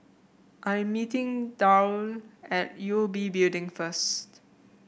I am meeting Darl at U O B Building first